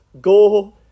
go